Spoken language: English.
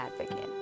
advocate